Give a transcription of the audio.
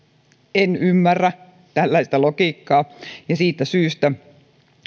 en ymmärrä tällaista logiikkaa ja siitä syystä